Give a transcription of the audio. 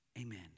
Amen